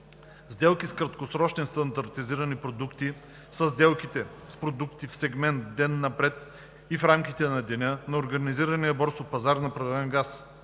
„Сделки с краткосрочни стандартизирани продукти“ са сделките с продукти в сегмент ден напред и в рамките на деня, на организирания борсов пазар на природен газ.